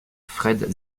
fred